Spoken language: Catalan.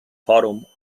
fòrum